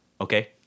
Okay